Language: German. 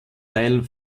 teil